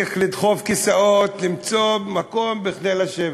צריך לדחוף כיסאות, למצוא מקום לשבת.